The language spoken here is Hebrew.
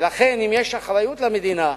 ולכן, אם יש אחריות למדינה,